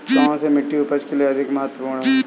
कौन सी मिट्टी उपज के लिए अधिक महत्वपूर्ण है?